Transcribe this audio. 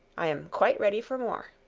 i am quite ready for more.